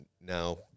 now